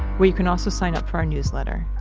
where you can also sign up for our newsletter.